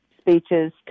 speeches